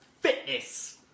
fitness